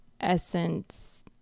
essence